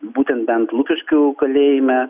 būtent bent lukiškių kalėjime